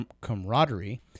camaraderie